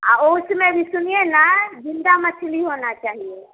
उसमें भी सुनिए न ज़िंदा मछली होना चाहिए